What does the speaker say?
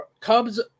Cubs